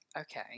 Okay